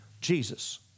Jesus